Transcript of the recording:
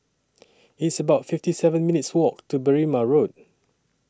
It's about fifty seven minutes' Walk to Berrima Road